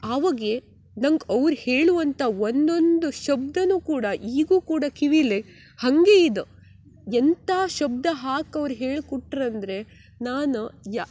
ಆವಾಗ ನಂಗೆ ಅವ್ರು ಹೇಳುವಂಥ ಒಂದೊಂದು ಶಬ್ದವೂ ಕೂಡ ಈಗ್ಲೂ ಕೂಡ ಕಿವಿಲ್ಲೇ ಹಾಗೇ ಇದೆ ಎಂಥ ಶಬ್ದ ಹಾಕವ್ರು ಹೇಳ್ಕುಟ್ರು ಅಂದರೆ ನಾನು ಯಾ